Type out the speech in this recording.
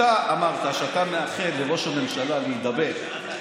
אתה אמרת שאתה מאחל לראש הממשלה להידבק,